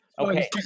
Okay